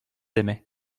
aimaient